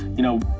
you know,